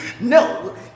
No